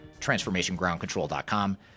transformationgroundcontrol.com